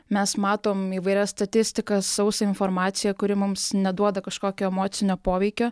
mes matom įvairias statistikas sausą informaciją kuri mums neduoda kažkokio emocinio poveikio